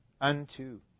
unto